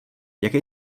jaké